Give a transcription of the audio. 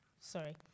sorry